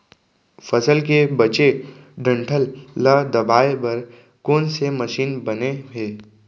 फसल के बचे डंठल ल दबाये बर कोन से मशीन बने हे?